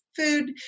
food